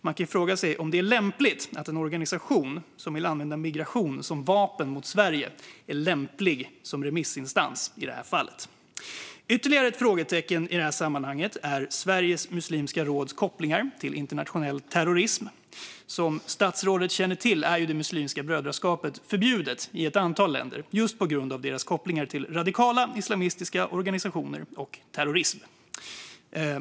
Man kan fråga sig om en organisation som vill använda migration som vapen mot Sverige är lämplig som remissinstans i det här fallet. Ytterligare ett frågetecken i det här sammanhanget är Sveriges muslimska råds kopplingar till internationell terrorism. Som statsrådet känner till är Muslimska brödraskapet förbjudet i ett antal länder just på grund av dess kopplingar till radikala islamistiska organisationer och terrorism.